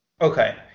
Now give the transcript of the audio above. Okay